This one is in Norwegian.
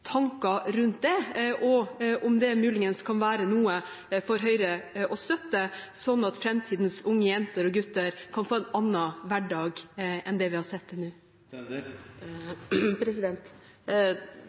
tanker rundt det, og om det muligens kan være noe for Høyre å støtte, slik at framtidens unge jenter og gutter kan få en annen hverdag enn det vi har sett til nå.